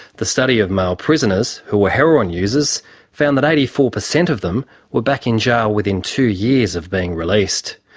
the study of male prisoners who were heroin users found that eighty four per cent of them were back in jail within two years of being released.